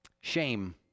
Shame